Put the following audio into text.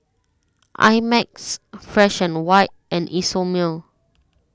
I Max Fresh and White and Isomil